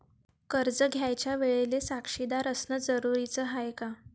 कर्ज घ्यायच्या वेळेले साक्षीदार असनं जरुरीच हाय का?